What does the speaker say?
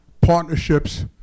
partnerships